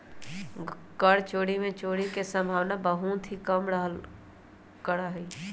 कर चोरी में चोरी के सम्भावना बहुत ही कम रहल करा हई